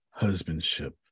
husbandship